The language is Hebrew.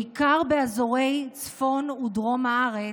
בעיקר באזורי הצפון והדרום בארץ,